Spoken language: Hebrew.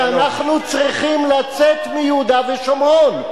שאנחנו צריכים לצאת מיהודה ושומרון.